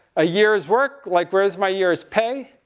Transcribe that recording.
a year's work. like, where's my year's pay?